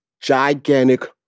gigantic